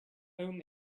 own